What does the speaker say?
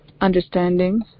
understanding